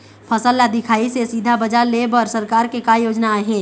फसल ला दिखाही से सीधा बजार लेय बर सरकार के का योजना आहे?